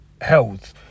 health